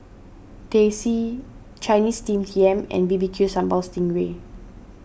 Teh C Chinese Steamed Yam and B B Q Sambal Sting Ray